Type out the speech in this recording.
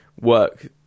work